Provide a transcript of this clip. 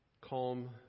calm